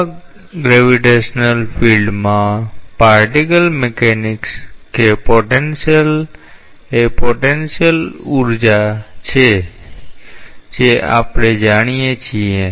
આવા ગુરુત્વાકર્ષણ ક્ષેત્રમાં પાર્ટિકલ મિકેનિક્સ કે પોટેન્શિયલ એ પોટેન્શિયલ ઊર્જા છે જે આપણે જાણીએ છીએ